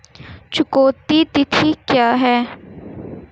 चुकौती तिथि क्या है?